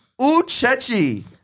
Uchechi